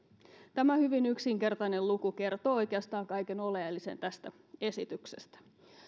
tämä hyvin yksinkertainen luku kertoo oikeastaan kaiken oleellisen tästä esityksestä